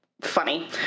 funny